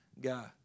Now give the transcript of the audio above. guy